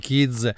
Kids